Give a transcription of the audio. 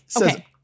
okay